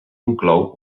inclou